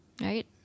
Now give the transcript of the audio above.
right